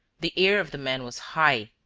the air of the man was high,